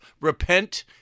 repent